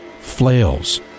flails